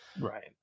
Right